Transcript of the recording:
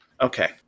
Okay